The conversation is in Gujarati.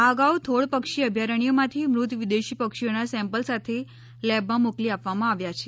આ અગાઉ થોળ પક્ષી અભ્યારણ્યમાંથી મૃત વિદેશી પક્ષીઓનાં સેમ્પલ સાથે લેબમાં મોકલી આપવામાં આવ્યાં છે